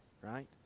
right